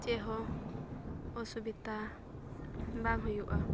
ᱪᱮᱫ ᱦᱚᱸ ᱚᱥᱩᱵᱤᱫᱷᱟ ᱵᱟᱝ ᱦᱩᱭᱩᱜᱼᱟ